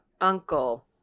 uncle